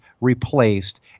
replaced